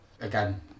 Again